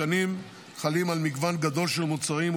תקנים חלים על מגוון גדול מאוד של מוצרים,